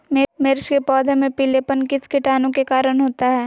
मिर्च के पौधे में पिलेपन किस कीटाणु के कारण होता है?